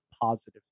positive